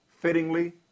fittingly